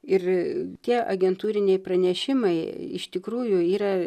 ir tie agentūriniai pranešimai iš tikrųjų yra